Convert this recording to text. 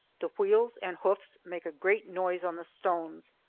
the wheels and hoofs make a great noise on the stones,